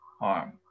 harm